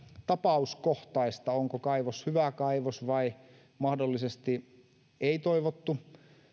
tapauskohtaista onko kaivos hyvä kaivos vai mahdollisesti ei toivottu